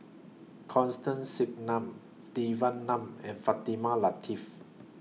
Constance Singam Devan Nair and Fatimah Lateef